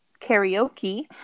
karaoke